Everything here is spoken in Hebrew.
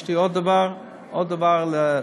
יש לי עוד דבר, עוד דבר להציע: